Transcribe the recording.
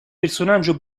personaggio